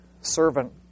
servant